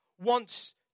wants